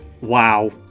Wow